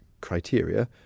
criteria